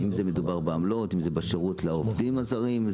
אם מדובר בעמלות, אם בשירות לעובדים הזרים,